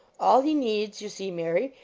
all he needs, you see, mary,